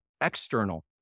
external